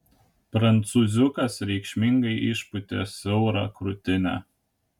prancūziukas reikšmingai išpūtė siaurą krūtinę